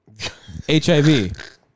HIV